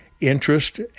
Interest